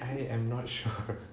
I am not sure